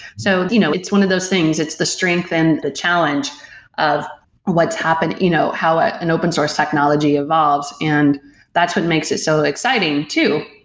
so you know it's one of those things. it's the strength and the challenge of what's happen you know how ah an open source technology evolves, and that's what makes it so exciting too,